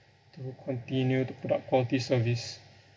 to continue to put out all this service